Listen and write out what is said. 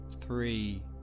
three